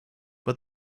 but